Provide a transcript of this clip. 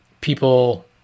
people